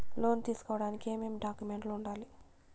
లోను తీసుకోడానికి ఏమేమి డాక్యుమెంట్లు ఉండాలి